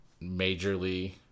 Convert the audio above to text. majorly